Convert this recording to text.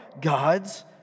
God's